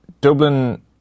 Dublin